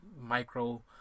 micro